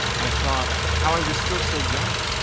i thought how i was still so young.